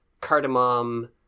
cardamom